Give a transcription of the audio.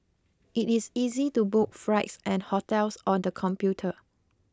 it is easy to book flights and hotels on the computer